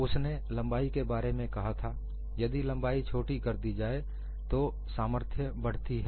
उसने लंबाई के बारे में कहा था यदि लंबाई छोटी कर दी जाए तो सामर्थ्य बढ़ती है